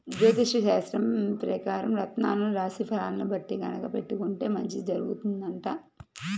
జ్యోతిష్యశాస్త్రం పెకారం రత్నాలను రాశి ఫలాల్ని బట్టి గనక పెట్టుకుంటే మంచి జరుగుతుందంట